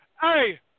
Hey